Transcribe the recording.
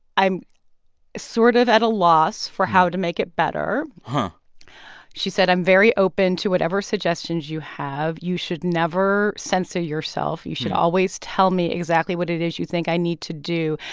i'm sort of at a loss for how to make it better. she said, i'm very open to whatever suggestions you have. you should never censor yourself. you should always tell me exactly what it is you think i need to do.